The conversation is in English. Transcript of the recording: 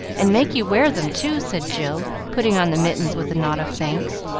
and make you wear them, too, said jill, putting on the mittens with a nod of thanks,